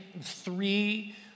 three